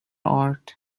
art